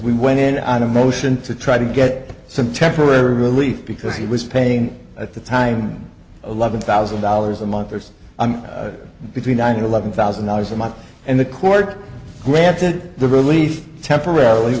we went in on a motion to try to get some temporary relief because he was paying at the time eleven thousand dollars a month or so between nine and eleven thousand dollars a month and the court granted the relief temporarily